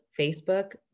Facebook